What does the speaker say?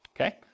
Okay